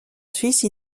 suisse